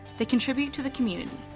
they contribute to the community.